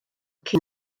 cyn